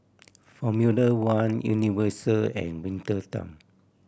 Formula One Universal and Winter Time